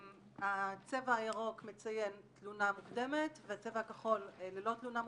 הצבע הירוק מציין תלונה מוקדמת והצבע הכחול ללא תלונה מוקדמת.